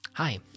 Hi